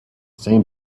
same